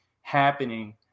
happening